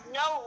no